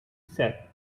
said